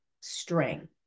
string